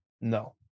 No